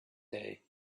day